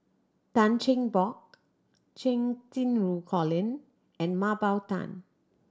Tan Cheng Bock Cheng Xinru Colin and Mah Bow Tan